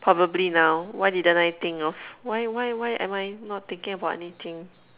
probably now why didn't I think of why why why am I not thinking about anything